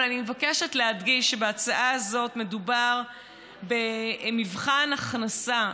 אבל אני מבקשת להדגיש שבהצעה הזאת מדובר במבחן הכנסה.